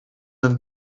een